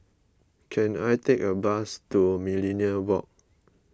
can I take a bus to Millenia Walk